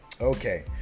Okay